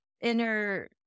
inner